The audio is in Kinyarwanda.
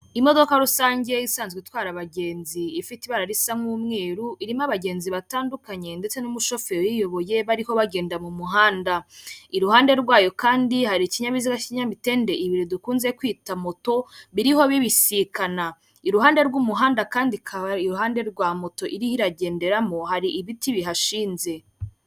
Imodoka rusange isanzwe itwara abagenzi ifite ibara risa nk'umweru irimo abagenzi batandukanye, ndetse n'umushoferi uyiyoboye bariho bagenda mu muhanda, iruhande rwayo kandi hari ikinyabiziga k'ikinyamitende ibiri dukunze kwita moto, biriho bibisikana iruhande rw'umuhanda kandi hakaba iruhande rwa moto irimo iragenderamo hari ibiti bihashinze.